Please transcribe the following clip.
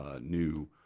New